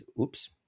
oops